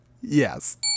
yes